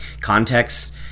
Context